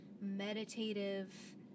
meditative